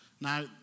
Now